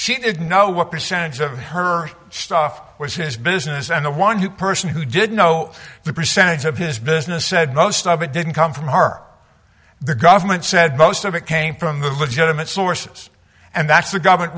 she didn't know what percentage of her stuff was his business and the one who person who did know the percentage of his business said most of it didn't come from our the government said most of it came from the legitimate sources and that's the government